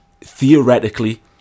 theoretically